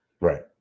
right